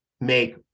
make